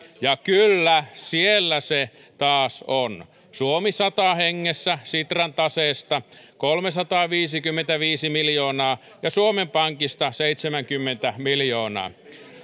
ja kyllä siellä se taas on suomi sata hengessä sitran taseesta kolmesataaviisikymmentäviisi miljoonaa ja suomen pankista seitsemänkymmentä miljoonaa